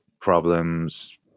problems